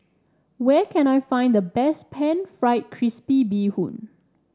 where can I find the best pan fried crispy Bee Hoon